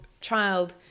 child